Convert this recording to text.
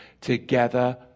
together